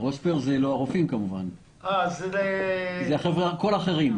פרוספר בן חמו זה לא הרופאים כמובן, זה כל האחרים.